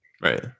Right